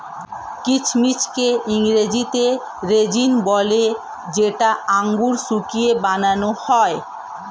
কিচমিচকে ইংরেজিতে রেজিন বলে যেটা আঙুর শুকিয়ে বানান হয়